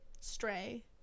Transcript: Stray